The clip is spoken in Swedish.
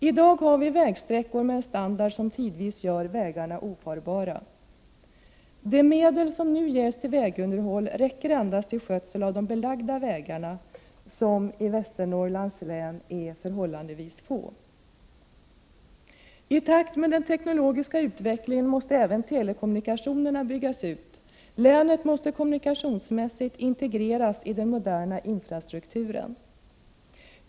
I dag har vi vägsträckor med en standard som tidvis gör vägarna ofarbara. De medel som nu ges till vägunderhåll räcker endast till skötsel av de belagda vägarna, som i Västernorrlands län är förhållandevis få. I takt med den tekniska utvecklingen måste även telekommunikationerna byggas ut. Länet måste kommunikationsmässigt integreras i den moderna infrastrukturen.